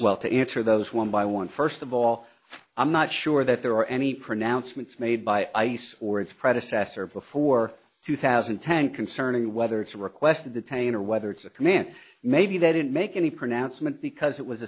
well to answer those one by one first of all i'm not sure that there are any pronouncements made by ice or its predecessor before two thousand and ten concerning whether it's a request to detain or whether it's a command maybe they didn't make any pronouncement because it was